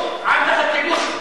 עם תחת כיבוש.